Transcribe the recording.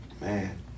Man